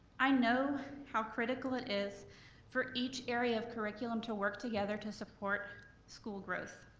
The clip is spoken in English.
i know how critical it is for each area of curriculum to work together to support school growth.